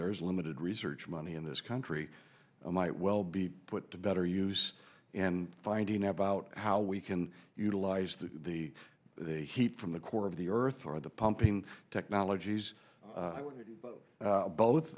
there is limited research money in this country and might well be put to better use and finding out about how we can utilize the the heat from the core of the earth or the pumping technologies